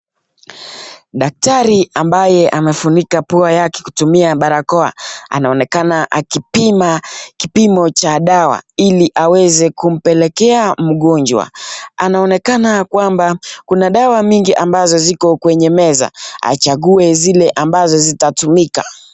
Daktari ambaye anafunika pua yake kutumia barakoa, anaonekana akipima kipimo cha dawa ili aweze kumpelekea mgonjwa. Anaonekana kwamba kuna dawa mingi ambazo ziko kwenye meza, achague zile ambazo zitatumika.